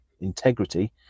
integrity